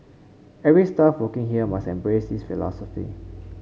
every staff working here must embrace this philosophy